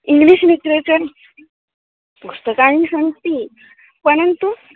English literature पुस्तकानि सन्ति परन्तु